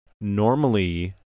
normally